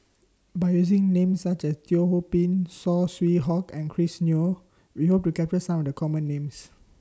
By using Names such as Teo Ho Pin Saw Swee Hock and Chris Yeo We Hope to capture Some of The Common Names